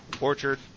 orchard